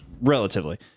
relatively